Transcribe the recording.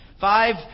Five